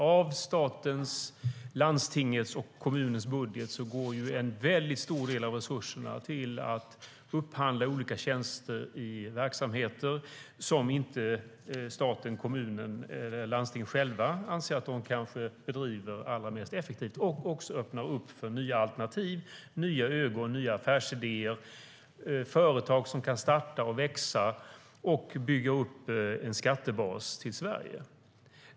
Av statens, landstingets och kommunens budget går en väldigt stor del av resurserna till att upphandla olika tjänster i verksamheter som staten, kommunen och landstinget själva anser att de inte bedriver allra mest effektivt. Man öppnar upp för nya alternativ, nya ögon, nya affärsidéer och företag som kan starta, växa och bygga upp en skattebas i Sverige.